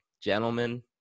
Gentlemen